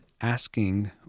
asking